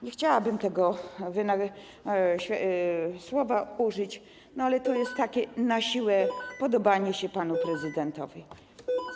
Nie chciałabym tego słowa użyć, ale to jest takie na siłę podobanie się panu prezydentowi.